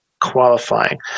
Qualifying